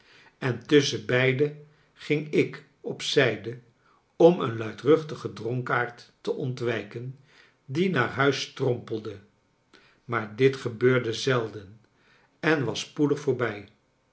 en tusschenbeide ging ik op zijde om een luidruchtigen dronkaard te ontwijken die naar huis strompelde maar dit gebeurde zelden en was spoedig voorbij